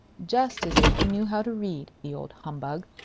just as if he knew how to read, the old humbug!